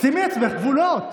שימי אצלך גבולות.